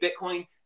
Bitcoin